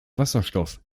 wasserstoff